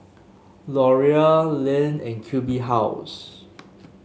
Laurier Lindt and Q B House